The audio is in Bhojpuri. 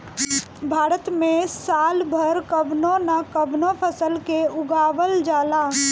भारत में साल भर कवनो न कवनो फसल के उगावल जाला